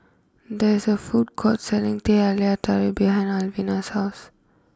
there is a food court selling Teh Halia Tarik behind Alvina's house